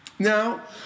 Now